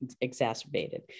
exacerbated